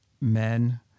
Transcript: men